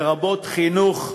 לרבות חינוך,